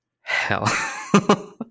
hell